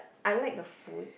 I like the food